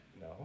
No